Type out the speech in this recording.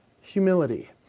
humility